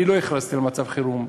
אני לא הכרזתי על מצב חירום,